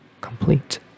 complete